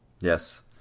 Yes